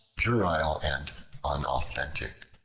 puerile, and unauthentic.